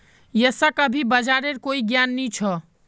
यशक अभी बाजारेर कोई ज्ञान नी छ